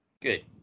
Good